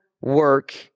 work